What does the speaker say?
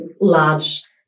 large